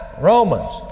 Romans